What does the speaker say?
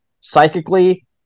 Psychically